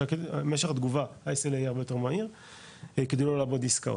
משך התגובה יהיה הרבה יותר מהיר כדי לא לאבד עסקאות,